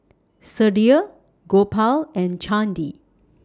Sudhir Gopal and Chandi